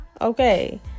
okay